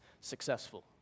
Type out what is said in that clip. successful